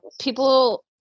People